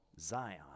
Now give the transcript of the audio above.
Zion